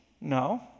No